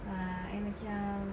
ah I macam